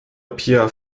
pia